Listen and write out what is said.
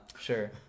sure